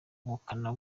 ubukana